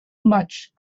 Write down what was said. much